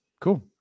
cool